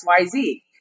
XYZ